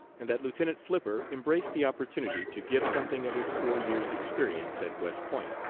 and that lieutenant flipper embraced the opportunity to give something of his four years' experience at west point,